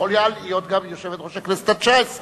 היא יכולה להיות גם יושבת-ראש הכנסת התשע-עשרה,